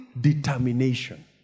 determination